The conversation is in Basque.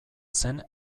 zen